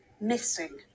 missing